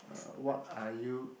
uh what are you